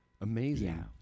Amazing